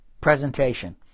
presentation